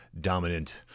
dominant